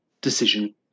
decision